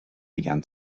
began